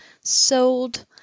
sold